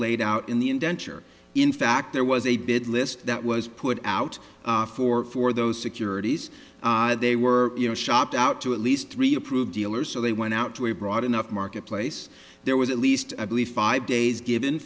laid out in the indenture in fact there was a bid list that was put out for for those securities they were you know shopped out to at least three approved dealers so they went out to a broad enough market place there was at least at least five days given